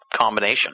combination